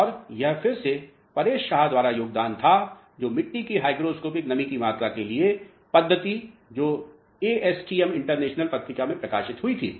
और यह फिर से परेश शाह द्वारा योगदान था जो मिट्टी की हाइड्रोस्कोपिक नमी मात्रा के निर्धारण के लिए पद्धति जो एएसटीएम इंटरनेशनल पत्रिका में प्रकाशित हुई थी